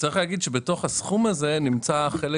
צריך להגיד שבתוך הסכום זה נמצא חלק